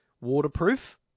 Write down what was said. Waterproof